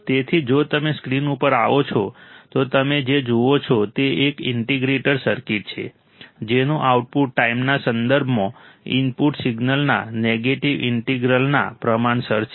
તેથી જો તમે સ્ક્રીન ઉપર આવો છો તો તમે જે જુઓ છો તે એક ઇન્ટિગ્રેટર સર્કિટ છે જેનું આઉટપુટ ટાઈમના સંદર્ભમાં ઇનપુટ સિગ્નલના નેગેટિવ ઇન્ટિગ્રલના પ્રમાણસર છે